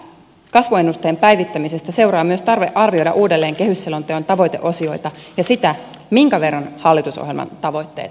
kasvuennusteen päivittämisestä seuraa myös tarve arvioida uudelleen kehysselonteon tavoiteosioita ja sitä minkä verran hallitusohjelman tavoitteet toteutuvat